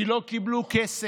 כי הם לא קיבלו כסף,